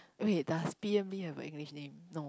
wait does P_M-Lee have a English name no